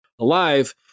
alive